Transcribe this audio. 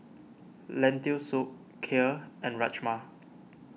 Lentil Soup Kheer and Rajma